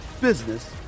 business